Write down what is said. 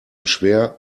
schwer